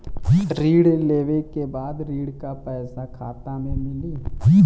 ऋण लेवे के बाद ऋण का पैसा खाता में मिली?